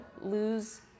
lose